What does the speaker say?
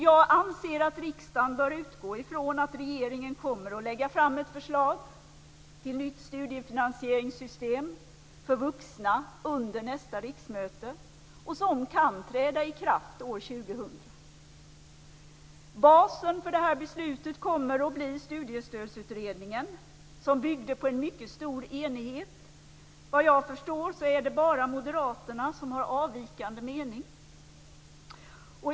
Jag anser att riksdagen bör utgå från att regeringen kommer att lägga fram ett förslag till nytt studiefinansieringssystem för vuxna under nästa riksmöte som kan träda i kraft år 2000. Basen för det här beslutet kommer att bli Studiestödsutredningen, som byggde på en mycket stor enighet. Såvitt jag förstår är det bara Moderaterna som har avvikande mening.